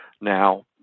Now